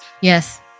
Yes